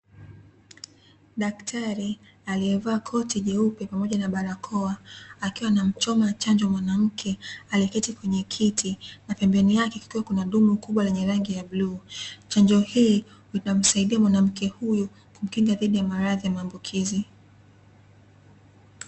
Daktari aliyevaa koti jeupe pamoja na barakoa akiwa anamchoma chanjo mwanamke aliyeketi kwenye kiti na pembeni yake kukiwa kuna dumu kubwa lenye rangi ya bluu. Chanjo hii itamsaidia mwanamke huyu kumkinga dhidi ya maradhi ya maambukizi.